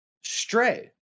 Stray